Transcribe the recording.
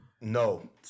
no